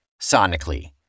sonically